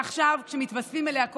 אחריו, חבר הכנסת ניר ברקת.